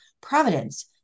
providence